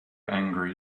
angry